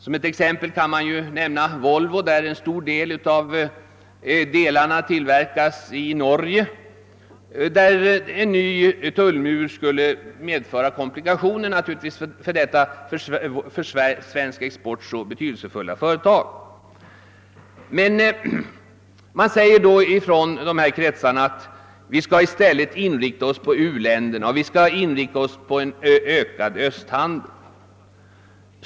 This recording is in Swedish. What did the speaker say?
Som exempel kan nämnas Volvo som tillverkar en stor del av bildelarna i Norge. Här skulle naturligtvis en ny tullmur medföra komplikationer för detta för svensk export så betydelsefulla företag. Inom de nyssnämnda kretsarna säger man då, att vi i stället skall inrikta oss på u-länderna och på en ökning av östhandeln.